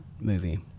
movie